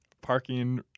parking